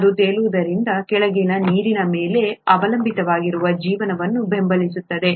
ಅದು ತೇಲುವುದರಿಂದ ಕೆಳಗಿನ ನೀರು ನೀರಿನ ಮೇಲೆ ಅವಲಂಬಿತವಾಗಿರುವ ಜೀವನವನ್ನು ಬೆಂಬಲಿಸುತ್ತದೆ